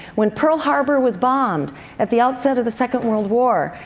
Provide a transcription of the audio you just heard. when pearl harbor was bombed at the onset of the second world war,